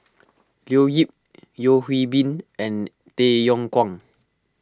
Leo Yip Yeo Hwee Bin and Tay Yong Kwang